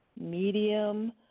Medium